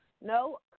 No